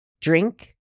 drink